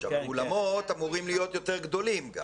אולמות אמורים להיות יותר גדולים.